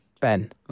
Ben